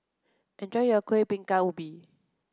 enjoy your Kueh Bingka Ubi